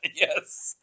Yes